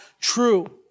True